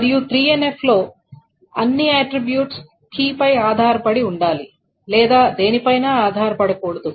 మరియు 3 NF లో అన్ని ఆట్రిబ్యూట్స్ కీ పై ఆధారపడి ఉండాలి లేదా దేని పైన ఆధారపడకూడదు